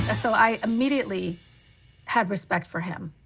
ah so i immediately had respect for him,